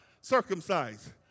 Circumcised